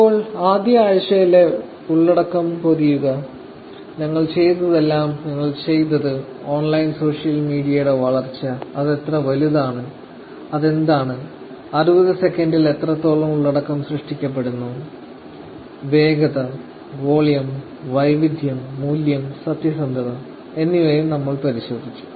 ഇപ്പോൾ ആദ്യ ആഴ്ചയിലെ ഉള്ളടക്കം നോക്കുക ഞങ്ങൾ ചെയ്തതെല്ലാം ഞങ്ങൾ ചെയ്തത് ഓൺലൈൻ സോഷ്യൽ മീഡിയയുടെ വളർച്ച അത് എത്ര വലുതാണ് അതെന്താണ് 60 സെക്കൻഡിൽ എത്രത്തോളം ഉള്ളടക്കം സൃഷ്ടിക്കപ്പെടുന്നു ഞങ്ങൾ വേഗത വോളിയം വൈവിധ്യം മൂല്യം സത്യസന്ധത എന്നിവയും പരിശോധിച്ചു